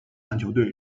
篮球队